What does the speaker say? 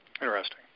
Interesting